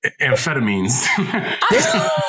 amphetamines